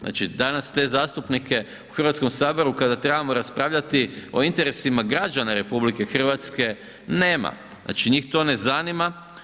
Znači danas te zastupnike u Hrvatskom saboru kada trebamo raspravljati o interesima građana RH nema, znači njih to ne zanima.